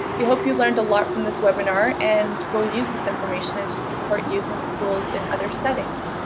we hope you learned a lot from this webinar and we'll use this information as you support youth in schools in other settings.